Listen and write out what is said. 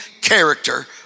character